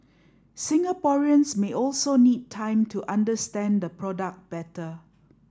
Singaporeans may also need time to understand the product better